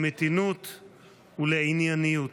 למתינות ולענייניות.